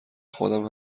خودم